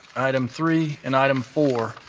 item three, and item four.